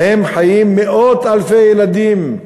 שבהן חיים מאות אלפי ילדים,